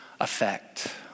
effect